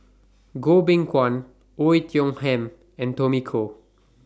Goh Beng Kwan Oei Tiong Ham and Tommy Koh